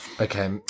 Okay